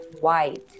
white